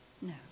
No